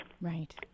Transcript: Right